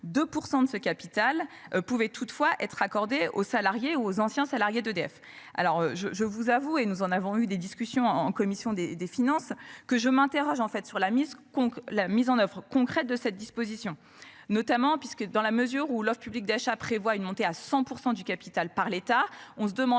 % de ce capital pouvait toutefois être accordée aux salariés ou aux anciens salariés d'EDF alors je je vous avoue et nous en avons eu des discussions en commission des finances que je m'interroge en fait sur la mise, on la mise en oeuvre concrète de cette disposition notamment puisque dans la mesure où l'offre publique d'achat prévoit une montée à 100% du capital, par l'État, on se demande